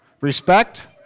Respect